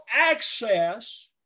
access